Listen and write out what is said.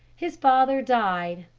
his father died.